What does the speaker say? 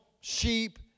sheep